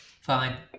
Fine